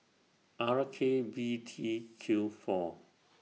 R K V T Q four